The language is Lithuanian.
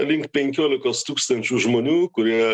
link penkiolikos tūkstančių žmonių kurie